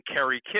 Kerry